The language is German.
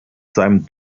seinem